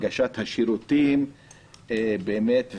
הנגשת השירותים באמת,